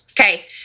Okay